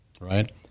right